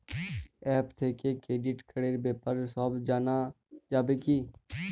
App থেকে credit কার্ডর ব্যাপারে সব জানা যাবে কি?